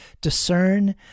discern